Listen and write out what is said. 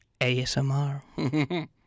ASMR